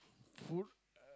food